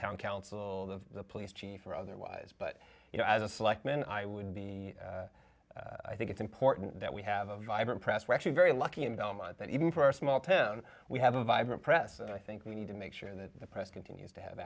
town council the police chief or otherwise but you know as a selectman i would be i think it's important that we have a vibrant press we're actually very lucky in belmont that even for a small town we have a vibrant press and i think we need to make sure that the press continues to have